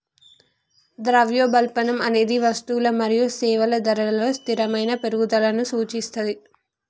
ద్రవ్యోల్బణం అనేది వస్తువులు మరియు సేవల ధరలలో స్థిరమైన పెరుగుదలను సూచిస్తది